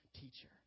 Teacher